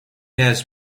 has